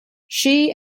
she